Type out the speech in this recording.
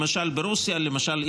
ברוסיה למשל,